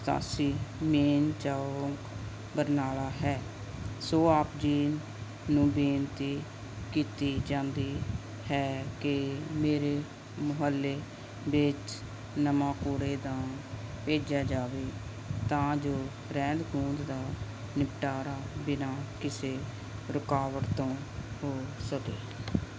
ਸਤਾਸੀ ਮੇਨ ਚੌਂਕ ਬਰਨਾਲਾ ਹੈ ਸੋ ਆਪ ਜੀ ਨੂੰ ਬੇਨਤੀ ਕੀਤੀ ਜਾਂਦੀ ਹੈ ਕਿ ਮੇਰੇ ਮੁਹੱਲੇ ਵਿੱਚ ਨਵਾਂ ਕੂੜੇਦਾਨ ਭੇਜਿਆ ਜਾਵੇ ਤਾਂ ਜੋ ਰਹਿੰਦ ਖੂੰਹਦ ਦਾ ਨਿਪਟਾਰਾ ਬਿਨਾ ਕਿਸੇ ਰੁਕਾਵਟ ਤੋਂ ਹੋ ਸਕੇ